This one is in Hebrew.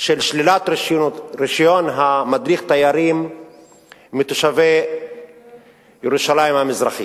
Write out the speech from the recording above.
של שלילת רשיון מדריך תיירים מתושבי ירושלים המזרחית.